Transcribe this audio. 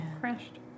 crashed